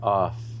off